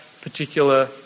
particular